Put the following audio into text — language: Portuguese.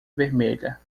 vermelha